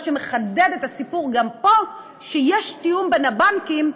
מה שמחדד את הסיפור גם פה: שיש תיאום בין הבנקים,